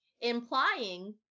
Implying